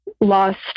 lost